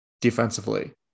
defensively